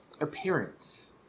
appearance